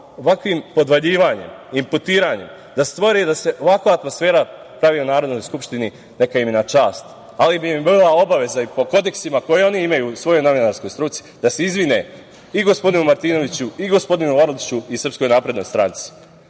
ovakvim podvaljivanjem, imputiranjem da stvore da se ovakva atmosfera pravi u Narodnoj skupštini neka im je na čast, ali bi im bila obaveza i po kodeksima koje oni imaju i u svojoj novinarskoj struci da se izvine i gospodinu Martinoviću i gospodinu Orliću i SNS.Naravno, mi